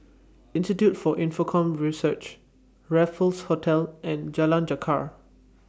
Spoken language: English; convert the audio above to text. Institute For Infocomm Research Raffles Hotel and Jalan Jarak